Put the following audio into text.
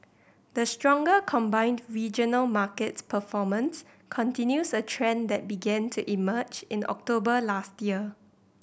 the stronger combined regional markets performance continues a trend that began to emerge in October last year